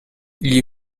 gli